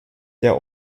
der